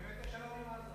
והבאת שלום עם עזה.